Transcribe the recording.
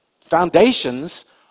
Foundations